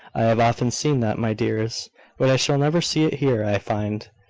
i have often seen that, my dears but i shall never see it here, i find.